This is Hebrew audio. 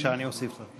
בבקשה, אני אוסיף לך.